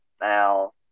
now